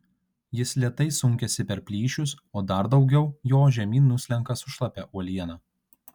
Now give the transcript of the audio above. jis lėtai sunkiasi per plyšius o dar daugiau jo žemyn nuslenka su šlapia uoliena